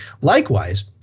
Likewise